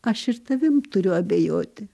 aš ir tavim turiu abejoti